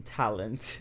talent